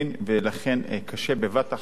ולכן קשה בבת-אחת